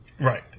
Right